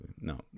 no